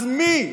אז מי,